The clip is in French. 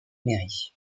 neri